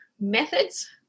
methods